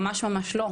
ממש ממש לא.